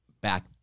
back